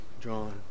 John